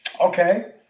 Okay